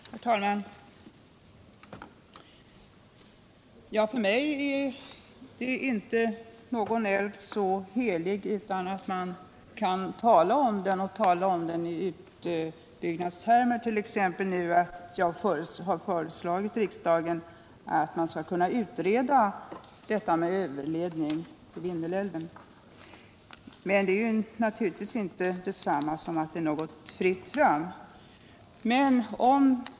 Herr talman! För mig är inte någon älv så helig att man inte kan tala om den i utbyggnadstermer, och det framgår t.ex. av att jag nu har föreslagit riksdagen att man skall kunna utreda frågan om överledning från Vindelälven. Men det är naturligtvis inte detsamma som att det är fritt fram för en sådan åtgärd.